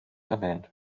erwähnt